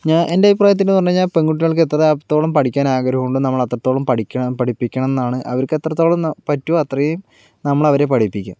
എന്റെ അഭിപ്രായത്തിലെന്ന് പറഞ്ഞ് കഴിഞ്ഞാൽ പെൺകുട്ടികൾക്ക് എത്രത്തോളം പഠിക്കാനാഗ്രഹം ഉണ്ടോ നമ്മളത്രത്തോളം പഠിക്കണം പഠിപ്പിക്കണമെന്നാണ് അവർക്ക് എത്രത്തോളം പറ്റുമോ അത്രയും നമ്മളവരെ പഠിപ്പിക്കും